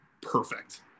perfect